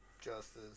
Justice